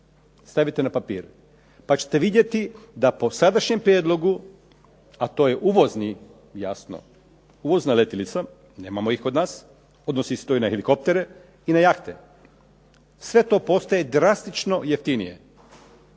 Stavite na papir, pa ćete vidjeti da po sadašnjem prijedlogu, a to je uvozni jasno, uvozna letjelica, nemamo ih kod nas, odnosi se to i na helikoptere i na jahte. Sve to postaje drastično jeftinije.